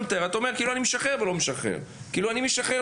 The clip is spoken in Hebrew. אתה מתאר מצב שבו אתה משחרר ולא משחרר; אתה נותן,